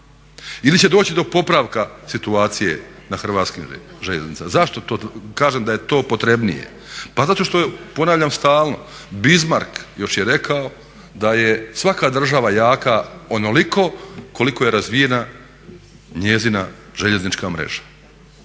Ili će doći do popravka situacije na hrvatskim željeznicama. Kažem da je to potrebnije. Zato što je, ponavljam stalno Bismarck još je rekao da je svaka država jaka onoliko koliko je razvijena njezina željeznička mreža.